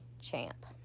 champ